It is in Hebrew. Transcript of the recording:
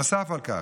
נוסף לכך,